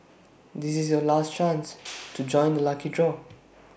this is your last chance to join the lucky draw